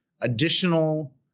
additional